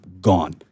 gone